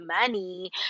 money